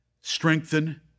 Strengthen